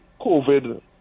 COVID